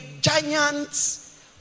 giants